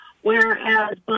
whereas